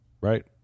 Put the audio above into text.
Right